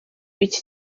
iki